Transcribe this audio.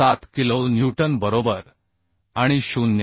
47 kilo newton बरोबर आणि 0